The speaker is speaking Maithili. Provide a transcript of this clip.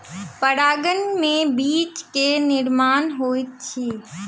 परागन में बीज के निर्माण होइत अछि